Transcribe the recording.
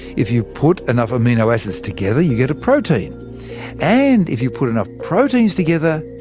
if you put enough amino acids together, you get a protein and if you put enough proteins together,